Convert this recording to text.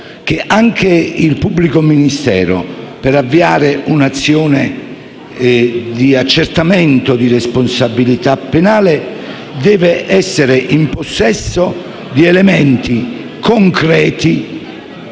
che anche il pubblico ministero, per avviare un'azione di accertamento di responsabilità penale, deve essere in possesso di elementi concreti